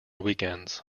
weekends